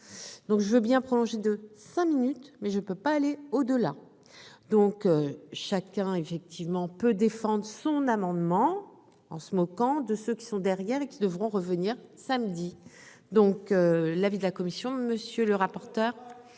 donc je veux bien prolonger de cinq minutes mais je peux pas aller au-delà, donc chacun effectivement peut défendre son amendement en se moquant de ceux qui sont derrière et qui devront revenir samedi donc l'avis de la commission monsieur. Monsieur le rapporteur,